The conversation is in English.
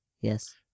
Yes